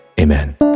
amen